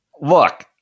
Look